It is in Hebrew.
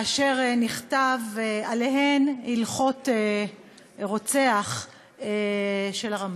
ונכתב עליהן: הלכות רוצח של הרמב"ם.